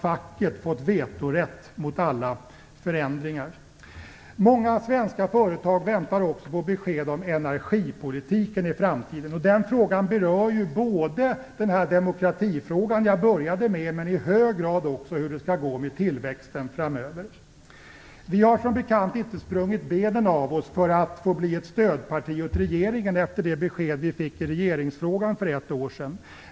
Facken har fått vetorätt mot alla förändringar. Många svenska företag väntar också på besked om energipolitiken i framtiden. Den frågan berör ju både den demokratifråga jag började med och i hög grad hur det skall gå med tillväxten framöver. Vi har som bekant inte sprungit benen av oss för att få bli ett stödparti åt regeringen efter det besked vi fick i regeringsfrågan för ett år sedan.